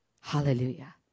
Hallelujah